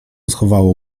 schowało